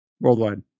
worldwide